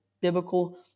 biblical